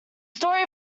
story